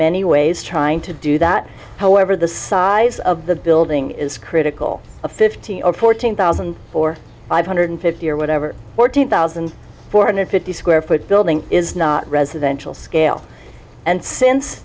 many ways trying to do that however the size of the building is critical a fifteen or fourteen thousand or five hundred fifty or whatever fourteen thousand four hundred fifty square foot building is not residential scale and since